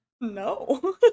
No